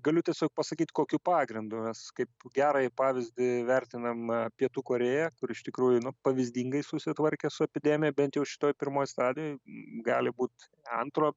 galiu tiesiog pasakyt kokiu pagrindu mes kaip gerąjį pavyzdį vertinamam pietų korėją kur iš tikrųjų nu pavyzdingai susitvarkė su epidemija bent jau šitoj pirmoj stadijoj gali būt antro